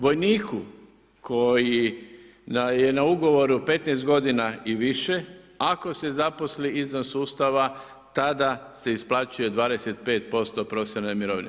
Vojniku koji je na ugovoru 15 godina i više, ako se zaposli izvan sustava, tada se isplaćuje 25% profesionalne mirovine.